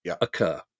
occur